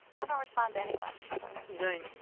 and respond to anyone. so you don!